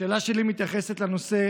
השאלה שלי מתייחסת לנושא